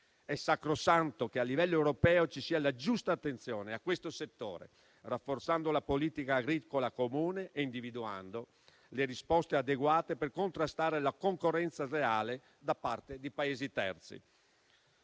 È sacrosanto che a livello europeo ci sia la giusta attenzione a questo settore, rafforzando la politica agricola comune e individuando le risposte adeguate per contrastare la concorrenza sleale da parte di Paesi terzi.